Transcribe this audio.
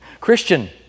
Christian